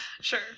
Sure